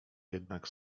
jednak